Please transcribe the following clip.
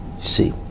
see